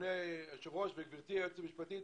אדוני היושב ראש וגברתי היועצת המשפטית,